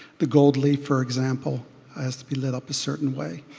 the gold leaf for example has to be lit up a certain way.